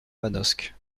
manosque